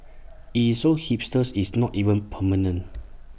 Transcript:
IT is so hipsters is not even permanent